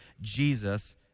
Jesus